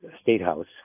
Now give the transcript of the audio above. statehouse